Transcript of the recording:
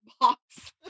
box